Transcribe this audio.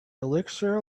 elixir